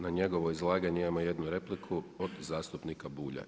Na njegovo izlaganje imamo jednu repliku od zastupnika Bulja.